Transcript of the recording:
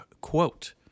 Quote